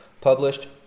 published